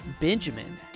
Benjamin